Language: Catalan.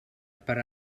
per